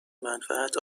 منفعت